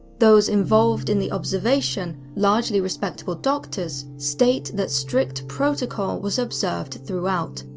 those involved in the observation, largely respectable doctors, state that strict protocol was observed throughout,